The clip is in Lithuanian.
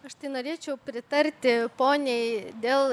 aš norėčiau pritarti poniai dėl